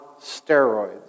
steroids